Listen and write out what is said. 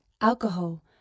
alcohol